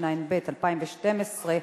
התשע"ב 2012,